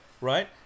Right